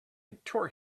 tore